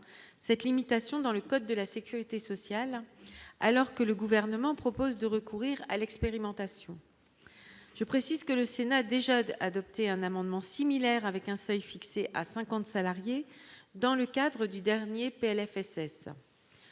cette limitation dans le code de la Sécurité sociale, alors que le gouvernement propose de recourir à l'expérimentation, je précise que le Sénat déjà d'adopter un amendement similaire, avec un seuil fixé à 50 salariés dans le cadre du dernier Plfss